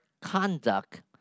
Conduct